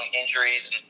injuries